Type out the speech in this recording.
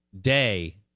day